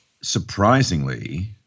Surprisingly